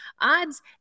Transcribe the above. odds